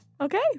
Okay